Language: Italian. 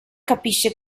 capisce